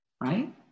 right